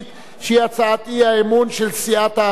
שהיא הצעת אי-אמון של סיעת העבודה,